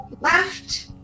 left